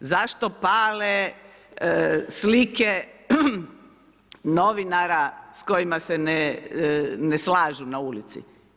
Zašto pale slike novinara s kojima se ne slažu, na ulici?